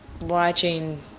watching